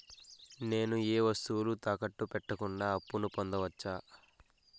నేను ఏ వస్తువులు తాకట్టు పెట్టకుండా అప్పును పొందవచ్చా?